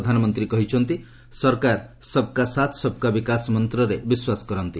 ପ୍ରଧାନମନ୍ତ୍ରୀ କହିଛନ୍ତି ସରକାର 'ସବ୍ କା ସାଥ ସବ୍ ବିକାଶ' ମନ୍ତରେ ବିଶ୍ୱାସ କରନ୍ତି